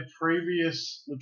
previous